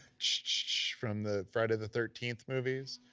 ch-ch-ch, from the friday the thirteenth movies,